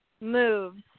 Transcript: moves